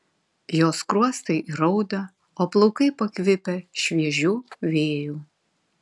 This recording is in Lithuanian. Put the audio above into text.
jos skruostai įraudę o plaukai pakvipę šviežiu vėju